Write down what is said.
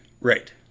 right